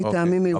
מטעמים מיוחדים.